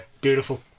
beautiful